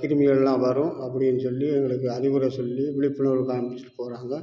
கிருமிகள்லாம் வரும் அப்படின்னு சொல்லி எங்களுக்கு அறிவுரை சொல்லி விழிப்புணர்வு காமிச்சுட்டு போகிறாங்க